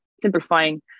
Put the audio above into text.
simplifying